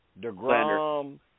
DeGrom